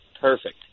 perfect